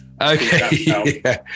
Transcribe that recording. Okay